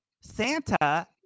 Santa